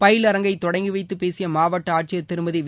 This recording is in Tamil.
பயிலரங்கை தொடங்கிவைத்து பேசிய மாவட்ட ஆட்சியர் திருமதி வே